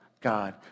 God